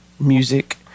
music